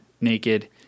naked